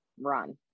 run